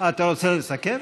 מה זאת הפרה של כללי האתיקה,